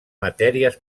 matèries